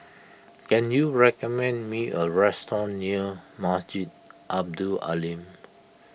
can you recommend me a restaurant near Masjid Abdul Aleem